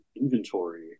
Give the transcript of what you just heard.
inventory